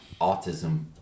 autism